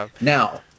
Now